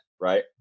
right